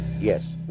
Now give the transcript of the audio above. Yes